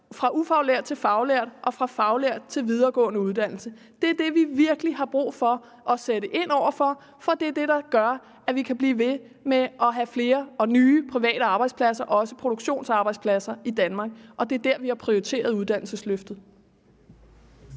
fra ufaglært til faglært og fra faglært til videregående uddannelse. Det er der, vi virkelig har brug for at sætte ind, for det er det, der gør, at vi kan blive ved med at have flere og nye private arbejdspladser – også produktionsarbejdspladser – i Danmark. Og det er der, vi har prioriteret uddannelsesløftet.